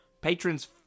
Patrons